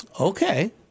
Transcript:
Okay